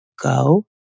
go